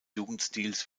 jugendstils